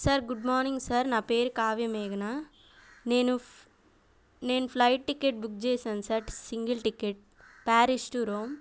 sir good morning sir నా పేరు కావ్య మేఘన నేను నేను ఫ్లయిట్ టికెట్ బుక్ చేశాను sir single ticket Paris to Rome